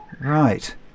Right